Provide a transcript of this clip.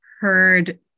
heard